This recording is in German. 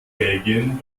belgien